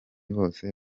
bose